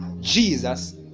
Jesus